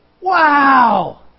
Wow